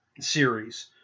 series